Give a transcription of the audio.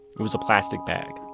it was a plastic bag